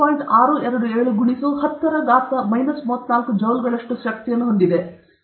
627 ಆಗಿ 10 ರಿಂದ ಮೈನಸ್ 34 ಜೌಲ್ಗಳಷ್ಟು ಶಕ್ತಿಯನ್ನು ಹೊಂದಿದೆ